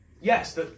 Yes